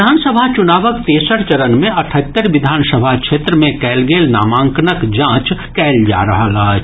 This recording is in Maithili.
विधानसभा चुनावक तेसर चरण मे अठहत्तरि विधानसभा क्षेत्र मे कयल गेल नामांकनक जांच कयल जा रहल अछि